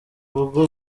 ubwo